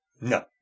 No